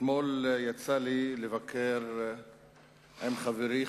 אתמול יצא לי לבקר עם חברי,